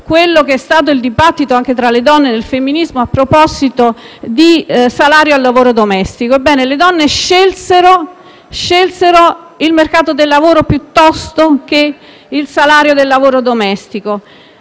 ripercorso il dibattito tra le donne, nel femminismo, a proposito di salario e lavoro domestico. Ebbene, le donne scelsero il mercato del lavoro piuttosto che il salario del lavoro domestico.